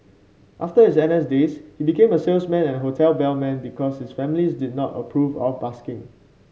after his N S days he became a salesman and hotel bellman because his family did not approve of busking